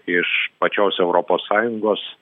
iš pačios europos sąjungos